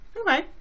Okay